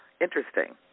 Interesting